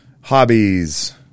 hobbies